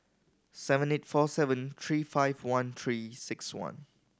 seven eight four seven three five one Three Six One